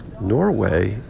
norway